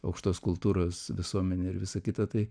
aukštos kultūros visuomenė ir visa kita tai